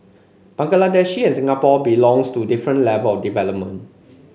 Bangladesh and Singapore belongs to different level of development